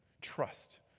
Trust